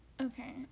Okay